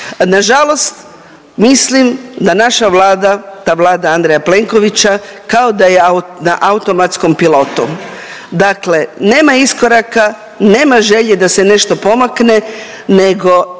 Na žalost mislim da naša Vlada, ta Vlada Andreja Plenkovića kao da je na automatskom pilotu. Dakle, nema iskoraka, nema želje da se nešto pomakne nego